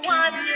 one